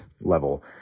level